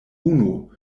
unu